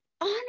honor